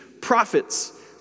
prophets